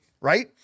right